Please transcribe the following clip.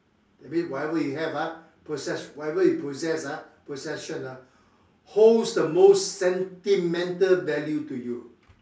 that mean whatever you have ah possess~ whatever you possess ah possession ah holds the most sentimental value to you